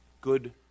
good